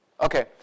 Okay